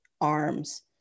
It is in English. arms